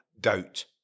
doubt